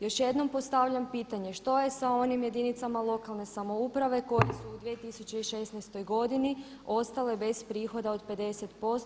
Još jednom postavljam pitanje, što je s onim jedinicama lokalne samouprave koje su u 2016. godini ostale bez prihoda od 50%